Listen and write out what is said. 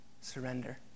surrender